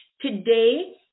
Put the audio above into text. today